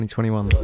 2021